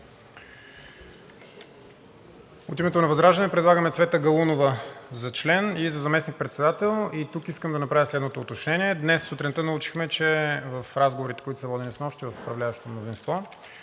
От името на ВЪЗРАЖДАНЕ предлагаме Цвета Галунова за член и за заместник-председател. Тук искам да направя следното уточнение. Днес сутринта научихме, че в разговорите, които са водени снощи в управляващото мнозинство,